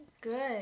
good